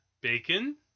Bacon